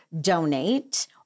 donate